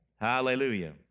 Hallelujah